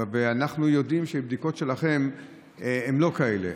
ואנחנו יודעים שהבדיקות שלכם הן לא כאלה.